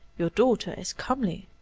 your daughter is comely,